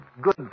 good